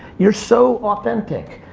you're so authentic.